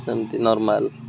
ସେମିତି ନର୍ମାଲ୍